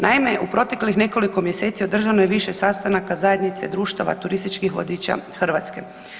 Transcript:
Naime, u proteklih nekoliko mjeseci održano je više sastanaka Zajednice društava turističkih vodiča Hrvatske.